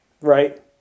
right